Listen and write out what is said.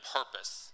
purpose